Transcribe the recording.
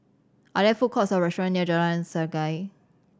are there food courts or restaurant near Jalan Sungei